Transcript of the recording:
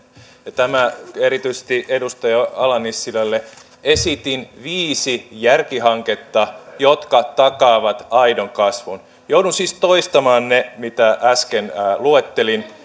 ja tämä erityisesti edustaja ala nissilälle esitin viisi järkihanketta jotka takaavat aidon kasvun joudun siis toistamaan ne mitä äsken luettelin